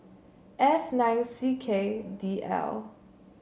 F nine C K D L